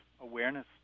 awareness